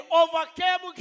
overcame